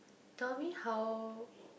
tell me how